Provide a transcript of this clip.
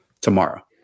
tomorrow